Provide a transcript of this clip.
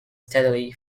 steadily